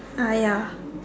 ah ya